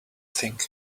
thing